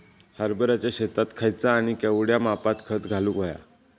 हरभराच्या शेतात खयचा आणि केवढया मापात खत घालुक व्हया?